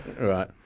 Right